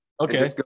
okay